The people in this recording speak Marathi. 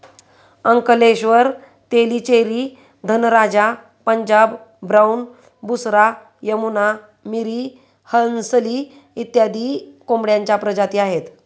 अंकलेश्वर, तेलीचेरी, धनराजा, पंजाब ब्राऊन, बुसरा, यमुना, मिरी, हंसली इत्यादी कोंबड्यांच्या प्रजाती आहेत